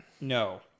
No